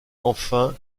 enfin